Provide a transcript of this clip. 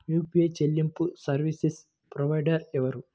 UPI చెల్లింపు service provider ఎవరు?